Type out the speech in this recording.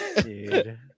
dude